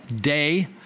day –